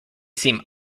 seem